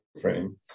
frame